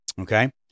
okay